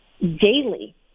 daily